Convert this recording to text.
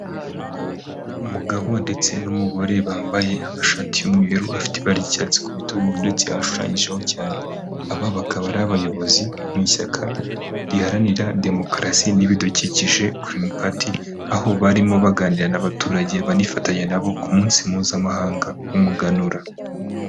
Umugabo ndetse n'umugore bambaye amashati y'umweru, afite ibara ry'icyatsi ku bitugu ndetse ashushanyijeho cyane. Aba bakaba ari abayobozi mu ishyaka riharanira demokarasi n'ibidukikije Girini Pati, aho barimo baganira n'abaturage banifatanya na bo ku munsi mpuzamahanga w'umuganura.